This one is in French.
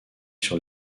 sur